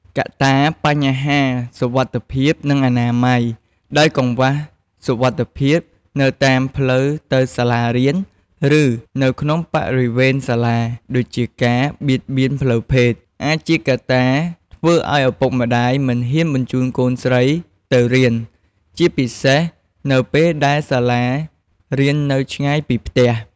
កត្តាបញ្ហាសុវត្ថិភាព និងអនាម័យ ដោយកង្វះសុវត្ថិភាពនៅតាមផ្លូវទៅសាលារៀន ឬនៅក្នុងបរិវេណសាលា (ដូចជាការបៀតបៀនផ្លូវភេទ) អាចជាកត្តាធ្វើឲ្យឪពុកម្តាយមិនហ៊ានបញ្ជូនកូនស្រីទៅរៀន ជាពិសេសនៅពេលដែលសាលារៀននៅឆ្ងាយពីផ្ទះ។